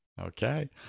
Okay